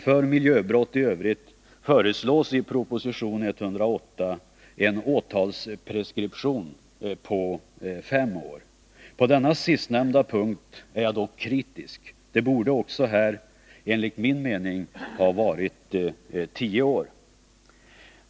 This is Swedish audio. För miljöbrott i övrigt föreslås i proposition 108 en åtalspreskriptionstid på fem år. På denna sistnämnda punkt är jag dock kritisk. Det borde också här, enligt min mening, ha varit tio år.